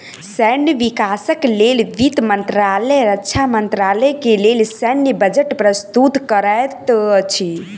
सैन्य विकासक लेल वित्त मंत्रालय रक्षा मंत्रालय के लेल सैन्य बजट प्रस्तुत करैत अछि